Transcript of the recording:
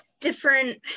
different